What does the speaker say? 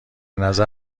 نظر